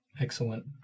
Excellent